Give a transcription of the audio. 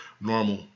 normal